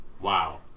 Wow